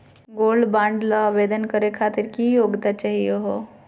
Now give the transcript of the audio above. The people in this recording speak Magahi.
गोल्ड बॉन्ड ल आवेदन करे खातीर की योग्यता चाहियो हो?